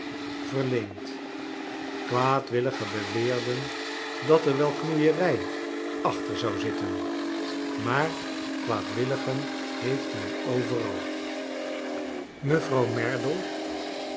verleend kwaadwilligen beweerden dat er wel knoeierij acliter zou zitten maar kwaadwilligen heeft men overal mevrouw merdle